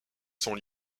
sont